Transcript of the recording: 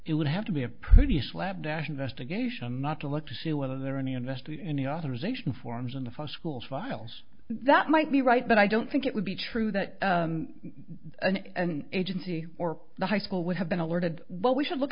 it would have to be a pretty slapdash investigation not to look to see whether there are any invest any authorisation forms in the fox cools files that might be right but i don't think it would be true that an agency or a high school would have been alerted but we should look